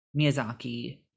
Miyazaki